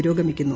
പുരോഗമിക്കുന്നു